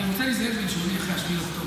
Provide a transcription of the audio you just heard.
אני רוצה להיזהר בלשוני אחרי 7 באוקטובר,